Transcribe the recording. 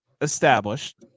established